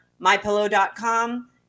MyPillow.com